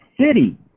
city